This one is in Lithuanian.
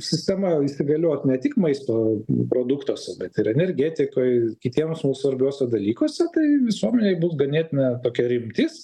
sistema įsigaliot ne tik maisto produktuose bet ir energetikoj kitiems svarbiuose dalykuose tai visuomenėj bus ganėtina tokia rimtis